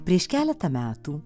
prieš keletą metų